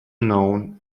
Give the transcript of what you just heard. known